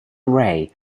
array